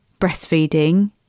breastfeeding